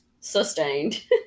sustained